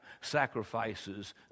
sacrifices